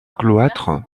cloître